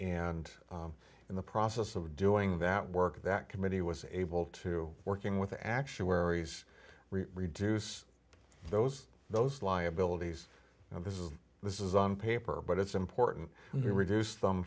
and in the process of doing that work that committee was able to working with the actuaries reduce those those liabilities and this is this is on paper but it's important to reduce them